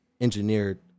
engineered